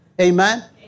Amen